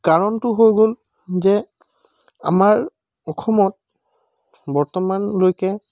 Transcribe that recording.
কাৰণটো হৈ গ'ল যে আমাৰ অসমত বৰ্তমানলৈকে